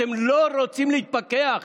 אתם לא רוצים להתפכח?